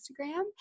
instagram